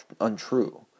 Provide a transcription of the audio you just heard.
untrue